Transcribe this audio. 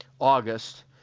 August